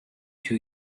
two